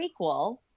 prequel